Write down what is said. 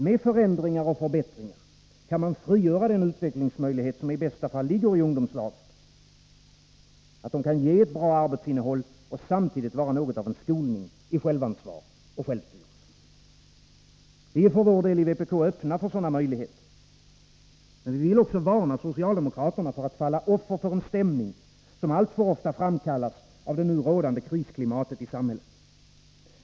Med förändringar och förbättringar kan man frigöra den utvecklingsmöjlighet som i bästa fall ligger i ungdomslagen, nämligen att de kan ge ett bra arbetsinnehåll och samtidigt vara något av en skolning i självansvar och självstyrelse. Vii vpk är för vår del öppna för sådana möjligheter. Men vi vill också varna socialdemokraterna för att falla offer för en stämning, som alltför ofta framkallas av det nu rådande krisklimatet i samhället.